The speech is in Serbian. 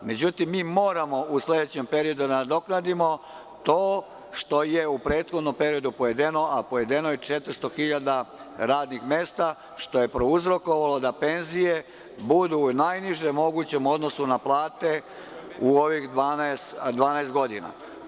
Međutim, mi moramo u sledećem periodu da nadoknadimo to što je u prethodnom periodu pojedeno, a pojedeno je 400.000 radnih mesta, što je prouzrokovalo da penzije budu u najnižem mogućem odnosu na plate u ovih 12 godina.